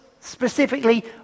specifically